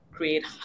create